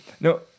No